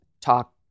talk